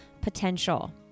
potential